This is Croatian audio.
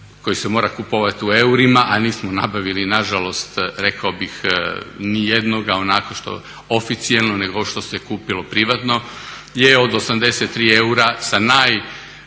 koji se mora kupovati u eurima, a nismo nabavili na žalost rekao bih ni jednoga onako što ofecijelno, nego što se kupilo privatno je od 83 eura sa najtanjim